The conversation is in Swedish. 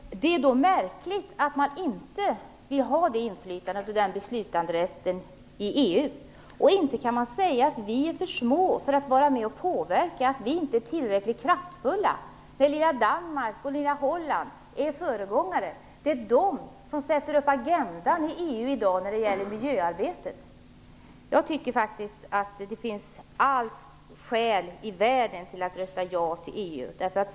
Fru talman! Det är då märkligt att man inte skulle ha inflytande och beslutsrätt i EU. Inte kan man säga att vi är för små för att vara med och påverka och att vi inte är tillräckligt kraftfulla. Det lilla Danmark och det lilla Holland är föregångsländer. De är de länderna som sätter upp agendan i EU i dag i fråga om miljöarbetet. Jag tycker faktiskt att det finns alla skäl i världen för att rösta ja till EU.